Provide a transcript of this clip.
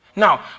Now